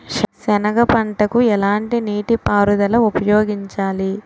సెనగ పంటకు ఎలాంటి నీటిపారుదల ఉపయోగించాలి?